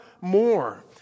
more